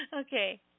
okay